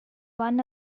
one